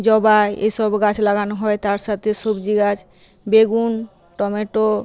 জবা এইসব গাছ লাগানো হয় তার সাতে সবজি গাছ বেগুন টমেটো